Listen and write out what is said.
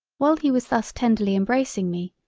while he was thus tenderly embracing me,